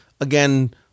again